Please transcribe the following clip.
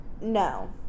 No